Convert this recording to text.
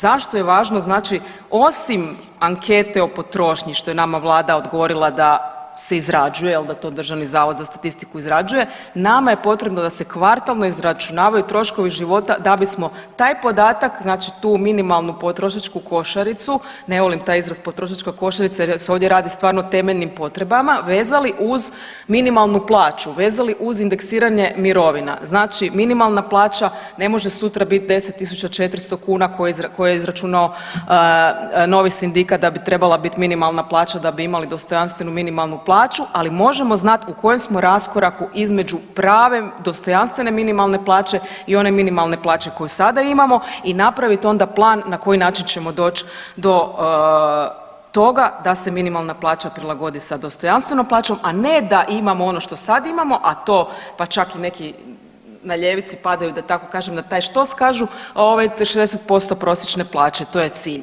Zašto je važno znači osim ankete o potrošnji, što je nama vlada odgovorila da se izrađuje jel da to Državni zavod za statistiku izrađuje, nama je potrebno da se kvartalno izračunavaju troškovi života da bismo taj podatak znači tu minimalnu potrošačku košaricu, ne volim taj izraz potrošačka košarica jer se ovdje radi stvarno o temeljnim potrebama, vezali uz minimalnu plaću, vezali uz indeksiranje mirovina, znači minimalna plaća ne može sutra bit 10.400 kuna koje je izračunao novi sindikat da bi trebala bit minimalna plaća da bi imali dostojanstvenu minimalnu plaću, ali možemo znat u kojem smo raskoraku između prave dostojanstvene minimalne plaće i one minimalne plaće koju sada imamo i napravit onda plan na koji način ćemo doć do toga da se minimalna plaća prilagodi sa dostojanstvenom plaćom, a ne da imamo ono što sad imamo, a to, pa čak i neki na ljevici padaju da tako kažem na taj štos kažu ovo je 60% prosječne plaće i to je cilj.